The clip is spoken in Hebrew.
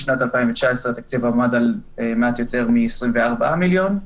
בשנת 2019 התקציב עמד על מעט יותר מ-24 מיליון,